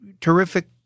terrific